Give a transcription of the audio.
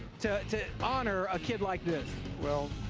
to to honor a kid like this? well,